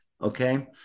okay